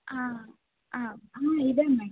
ಹಾಂ ಹಾಂ ಹಾಂ ಇದೆ ಮೇಡಮ್